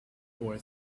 boy